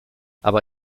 aber